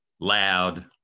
loud